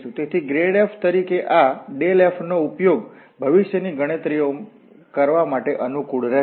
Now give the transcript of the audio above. તેથી grad f તરીકે આ f નો ઉપયોગ ભવિષ્યની ગણતરીઓમાં કરવા માટે અનુકૂળ રહેશે